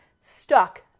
Stuck